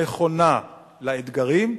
נכונה לאתגרים,